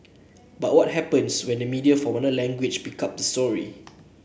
but what happens when media from another language pick up the story